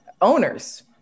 owners